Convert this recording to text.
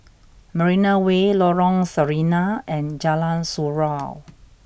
Marina Way Lorong Sarina and Jalan Surau